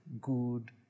Good